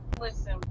listen